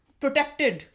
protected